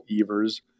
Evers